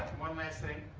one last thing,